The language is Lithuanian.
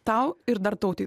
tau ir dar tautai